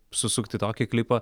susukti tokį klipą